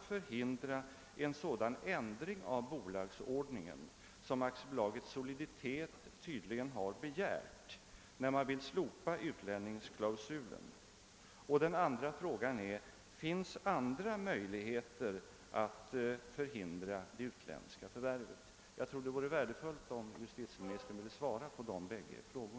förhindra en sådan ändring av' bolagsordningen som AB Soliditet har önskat när det begärt att utlänningsklausulen skall slopas? Den andra frågan är: Finns det andra möjligheter att förhindra det utländska förvärvet? : Jag tror att det vore värdefullt om justitieministern ville svara på dessa båda frågor.